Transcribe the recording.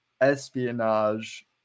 espionage